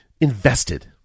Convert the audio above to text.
invested